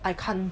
I can't